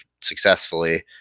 successfully